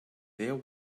there